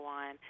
on